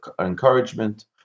encouragement